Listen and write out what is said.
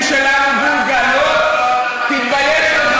תתבייש.